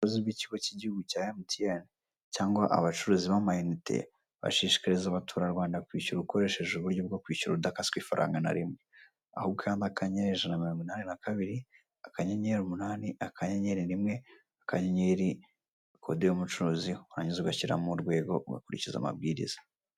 Ikigo cy'igihugu cya mtn cyangwa abacuruzi ba amayinite bashishikariza abaturarwanda kwishyura ukoresheje uburyo bwo kwishyura udakaswe ifaranga na rimwe aho ukanda akanyenyeri, ijana na mirongo inani na kabiri, akanyenyeri, umunani, akanyenyeri, rimwe, ukanyenyeri, kode y'umucuruzi warangiza ugashyiramo urwego ugakurikiza amabwiriza.